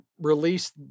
released